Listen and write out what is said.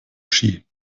ski